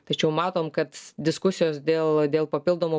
tačiau matom kad diskusijos dėl dėl papildomų